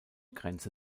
grenze